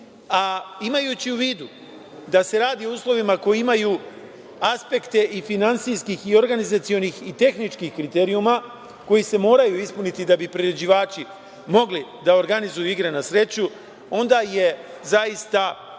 a imajući u vidu da se radi o uslovima koji imaju aspekte i finansijskih, i organizacionih, i tehničkih kriterijuma, koji se moraju ispuniti da bi priređivači mogli da organizuju igre na sreću, onda je zaista